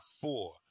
four